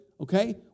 Okay